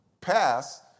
pass